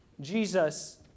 Jesus